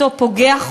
אותו פוגע,